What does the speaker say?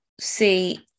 see